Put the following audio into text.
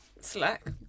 slack